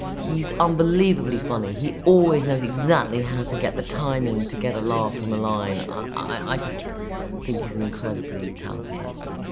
he's unbelievably funny, he always knows exactly how to get the timing to get a laugh from a line. i just think he's an incredibly talented actor.